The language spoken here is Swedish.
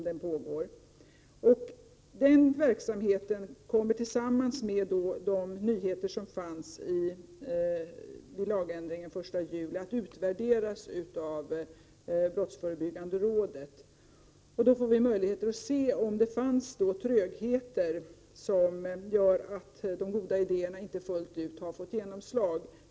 Denna försöksverksamhet kommer tillsammans med nyheterna genom lagändringen den 1 juli att utvärderas av brottsförebyggande rådet, och vi får då möjligheter att se om det har funnits trögheter som har gjort att de goda idéerna inte har fått genomslag fullt ut.